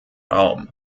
raum